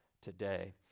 today